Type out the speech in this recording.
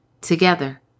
Together